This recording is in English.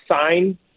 sign